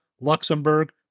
Luxembourg